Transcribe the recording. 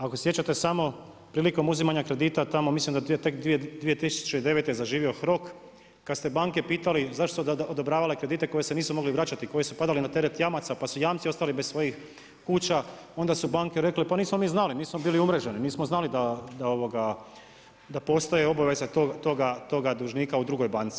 Ako se sjećate samo prilikom uzimanja kredita tamo, mislim da je 2009. zaživio HROK, kad ste banke pitali zašto su odobravale kredite koji se nisu mogli vraćati, koje su padali na teret jamaca, pa su jamci ostali bez svoji kuća, onda su banke rekle, pa nismo mi znali, nismo bili umreženi, nismo znali da postaje obaveza toga dužnika u drugoj banci.